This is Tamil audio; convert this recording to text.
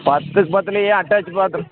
பக்கத்து பக்கத்துலேயே அட்டாச் பாத்ரூம்